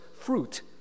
fruit